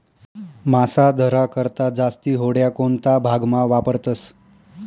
मासा धरा करता जास्ती होड्या कोणता भागमा वापरतस